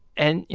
and you